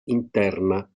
interna